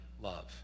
love